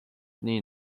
nii